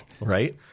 Right